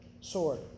sword